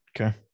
Okay